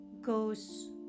goes